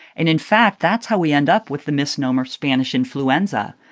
and in fact, that's how we end up with the misnomer spanish influenza.